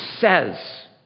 says